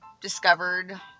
discovered